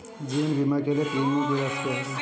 जीवन बीमा के लिए प्रीमियम की राशि कितनी है?